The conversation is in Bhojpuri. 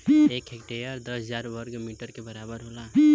एक हेक्टेयर दस हजार वर्ग मीटर के बराबर होला